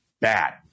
bad